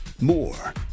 More